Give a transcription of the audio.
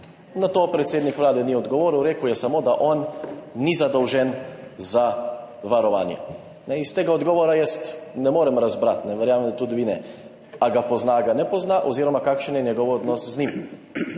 Na to predsednik Vlade ni odgovoril, rekel je samo, da on ni zadolžen za varovanje. Iz tega odgovora jaz ne morem razbrati, verjamem, da tudi vi ne, ali ga pozna ali ga ne pozna oziroma kakšen je njegov odnos z njim.